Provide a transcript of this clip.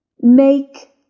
make